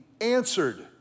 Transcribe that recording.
answered